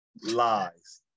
Lies